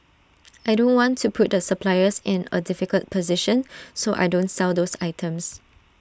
I don't want to put the suppliers in A difficult position so I don't sell those items